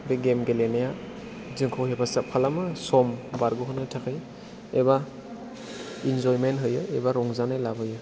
बे गेम गेलेनाया जोंखौ हेफाजाब खालामो सम बारग'होनो थाखाय एबा इन्ज'यमेन्ट होयो एबा रंजानाय लाबोयो